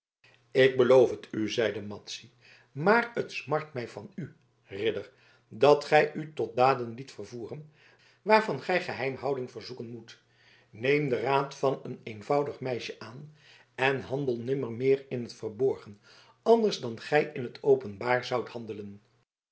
ik beloof het u zeide madzy maar het smart mij van u ridder dat gij u tot daden liet vervoeren waarvan gij geheimhouding verzoeken moet neem den raad van een eenvoudig meisje aan en handel nimmermeer in t verborgen anders dan gij in t openbaar zoudt handelen